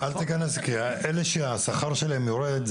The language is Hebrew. אלה שהשכר שלהם יורד,